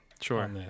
Sure